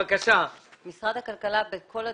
גם משרד המשפטים,